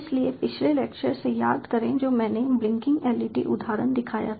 इसलिए पिछले लेक्चर से याद करें जो मैंने ब्लिंकिंग LED उदाहरण दिखाया था